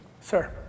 Sir